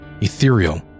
ethereal